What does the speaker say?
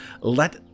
Let